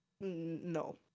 no